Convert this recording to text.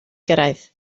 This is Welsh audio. gyrraedd